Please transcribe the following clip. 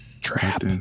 Trap